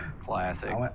classic